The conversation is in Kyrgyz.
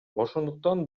ошондуктан